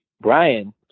brian